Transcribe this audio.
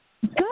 Good